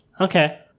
Okay